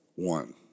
One